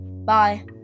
Bye